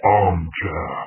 armchair